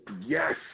yes